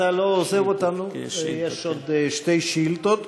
אתה לא עוזב אותנו, יש עוד שתי שאילתות.